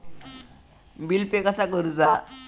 Bill pay कसा करुचा?